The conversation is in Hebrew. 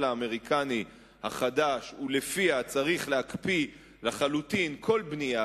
האמריקני החדש ולפיה צריך להקפיא לחלוטין כל בנייה,